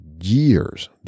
years